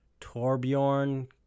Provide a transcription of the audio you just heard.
Torbjorn